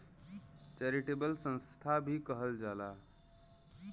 charitable संस्था भी कहल जाला